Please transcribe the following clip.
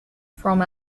from